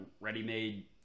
ready-made